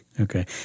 Okay